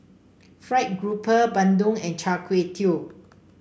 fried grouper bandung and Char Kway Teow